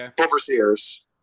overseers